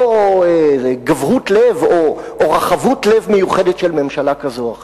ולא איזו גבהות לב או רחבות לב מיוחדת של ממשלה כזו או אחרת.